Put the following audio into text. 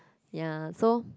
ya so